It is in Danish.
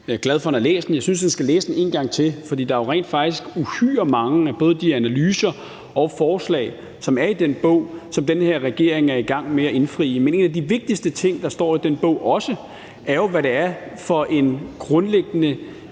Jeg er glad for, at han har læst den. Jeg synes, han skal læse den en gang til, for der er jo rent faktisk uhyre mange af både de analyser og forslag, som er i den bog, som den her regering er i gang med at indfri. Men en af de vigtigste ting, der også står i den bog, er jo, hvad det er for en grundlæggende